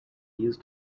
used